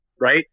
right